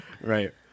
Right